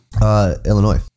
Illinois